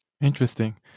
Interesting